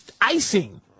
icing